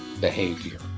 behavior